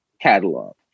catalog